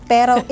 Pero